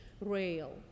rail